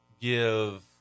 give